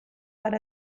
per